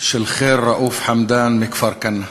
של חיר ראוף חמדאן מכפר-כנא.